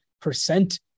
percent